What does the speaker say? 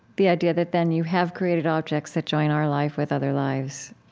the idea that then you have created objects that join our life with other lives